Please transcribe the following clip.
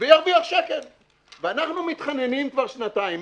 וירוויח שקל 1. ואנחנו מתחננים כבר שנתיים.